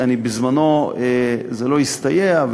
בזמנו זה לא הסתייע,